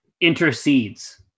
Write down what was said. intercedes